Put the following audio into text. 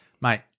Mate